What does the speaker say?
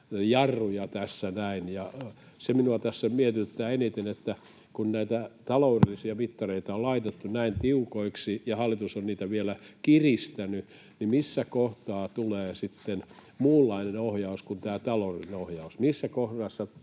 jarruja tässä näin. Se minua tässä mietityttää eniten, että kun näitä taloudellisia mittareita on laitettu näin tiukoiksi ja hallitus on niitä vielä kiristänyt, niin missä kohtaa tulee sitten muunlainen ohjaus kuin tämä taloudellinen ohjaus. Missä kohdassa ruvetaan